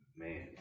man